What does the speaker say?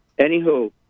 Anywho